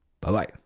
Bye-bye